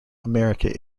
america